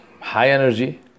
high-energy